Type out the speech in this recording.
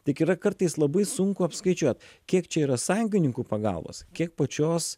tik yra kartais labai sunku apskaičiuot kiek čia yra sąjungininkų pagalbos kiek pačios